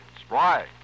Spry